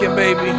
baby